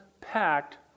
packed